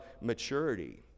maturity